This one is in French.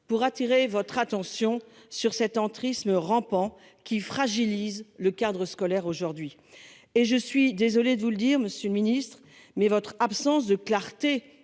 pour attirer votre attention sur cet entrisme rampant, qui fragilise le cadre scolaire aujourd'hui. Je suis désolée de vous le dire, mais votre absence de clarté